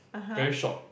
very short